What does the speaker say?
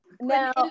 now